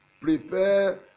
Prepare